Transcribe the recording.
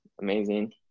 amazing